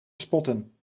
spotten